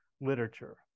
literature